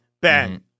Ben